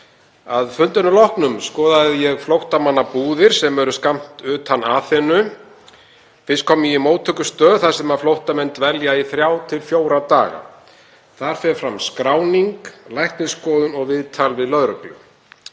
Að fundinum loknum skoðaði ég flóttamannabúðir sem eru skammt utan við Aþenu. Fyrst kom ég í móttökustöð þar sem flóttamenn dvelja í þrjá til fjóra daga. Þar fer fram skráning, læknisskoðun og viðtal við lögreglu.